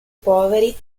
poveri